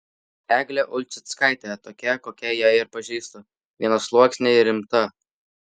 eglė ulčickaitė tokia kokią ją ir pažįstu vienasluoksnė ir rimta